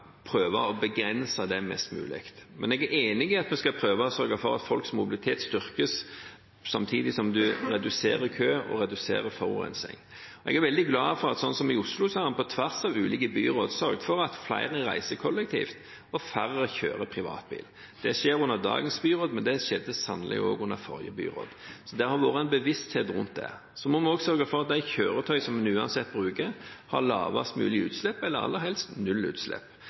prøve å sørge for at folks mobilitet styrkes, samtidig som vi reduserer køene og forurensingen. Jeg er veldig glad for at man i Oslo, på tvers av ulike byråd, har sørget for at flere reiser kollektivt og færre kjører privatbil. Det skjer under dagens byråd, men det skjedde sannelig også under forrige byråd, så det har vært en bevissthet rundt det. Så må vi også sørge for at de kjøretøy som en uansett bruker, har lavest mulig utslipp eller aller helst null utslipp.